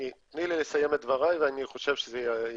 תני לי לסיים את דבריי, ואני חושב שזה יהיה ברור.